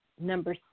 Number